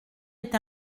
est